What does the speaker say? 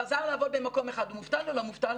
חזר לעבוד במקום אחד, הוא מובטל או לא מובטל?